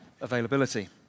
availability